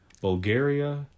Bulgaria